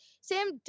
Sam